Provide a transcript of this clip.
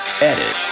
edit